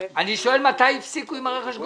אני שואל מתי הפסיקו עם רכש הגומלין.